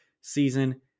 season